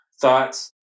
thoughts